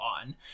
on